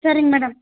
சரிங்க மேடம்